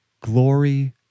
glory